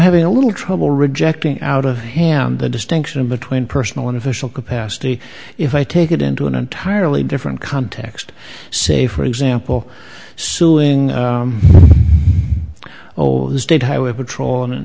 having a little trouble rejecting out of hand the distinction between personal and official capacity if i take it into an entirely different context say for example suing old state highway patrol and in